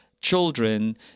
children